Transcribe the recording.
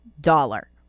dollar